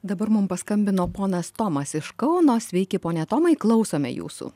dabar mum paskambino ponas tomas iš kauno sveiki pone tomai klausome jūsų